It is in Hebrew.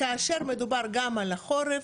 כאשר מדובר גם על החורף,